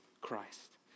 Christ